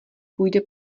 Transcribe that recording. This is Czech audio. půjde